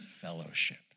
fellowship